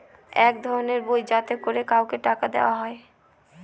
এক ধরনের বই যাতে করে কাউকে টাকা দেয়া হয়